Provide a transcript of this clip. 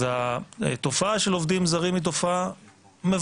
אז התופעה של עובדים זרים היא תופעה מבורכת,